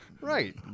Right